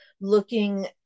looking